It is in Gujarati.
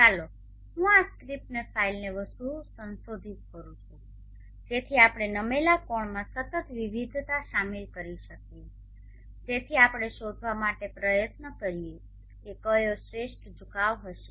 ચાલો હું આ સ્ક્રિપ્ટ ફાઇલને વધુ સંશોધિત કરું જેથી આપણે નમેલા કોણમાં સતત વિવિધતા શામેલ કરી શકીએ જેથી આપણે શોધવા માટે પ્રયત્ન કરીએ કે કયો શ્રેષ્ઠ ઝુકાવ હશે